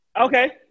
okay